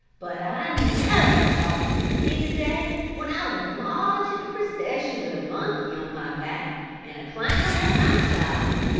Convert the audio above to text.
but i never thought to see the day when i would march in a procession with a monkey on my back and a clown at my side,